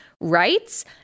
rights